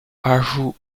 ajouts